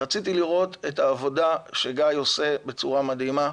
ורציתי לראות את העבודה שגיא עושה בצורה מדהימה.